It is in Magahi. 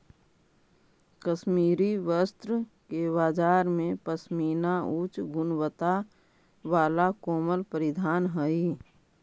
कश्मीरी वस्त्र के बाजार में पशमीना उच्च गुणवत्ता वाला कोमल परिधान हइ